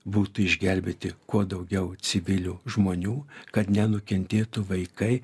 būtų išgelbėti kuo daugiau civilių žmonių kad nenukentėtų vaikai